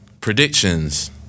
predictions